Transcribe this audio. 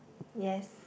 yes